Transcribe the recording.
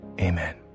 amen